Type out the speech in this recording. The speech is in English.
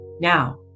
Now